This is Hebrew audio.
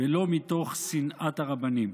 לא מתוך שנאת הרבנים.